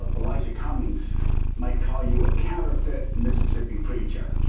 ah elijah cummings might call you a counterfeit mississippi preacher.